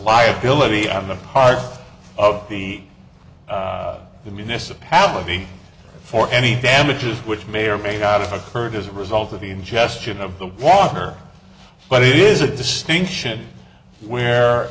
liability on the part of the municipality for any damages which may or may not have occurred as a result of the ingestion of the water but it is a distinction where